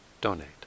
donate